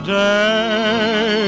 day